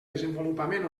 desenvolupament